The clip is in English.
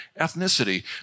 ethnicity